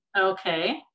Okay